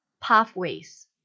Pathways